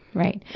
right.